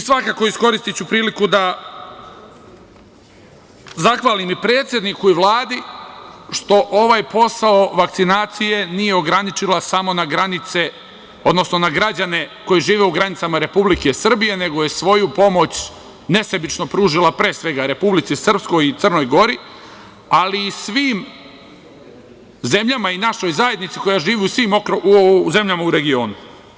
Svakako iskoristiću priliku da zahvalim i predsedniku i Vladi što ovaj posao vakcinacije nije ograničila samo na granice, odnosno na građane koji žive u granicama Republike Srbije, nego je svoju pomoć nesebično pružila, pre svega, Republici Srpskoj i Crnoj Gori, ali i svim zemljama i našoj zajednici koja živi u svim zemljama u regionu.